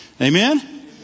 Amen